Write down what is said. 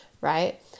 right